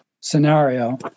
scenario